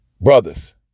Brothers